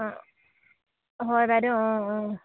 অঁ হয় বাইদেউ অঁ অঁ